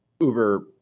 Uber